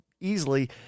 easily